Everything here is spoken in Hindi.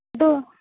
दो